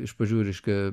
iš pradžių reiškia